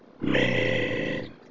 Man